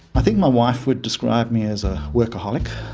i think my wife would describe me as a workaholic.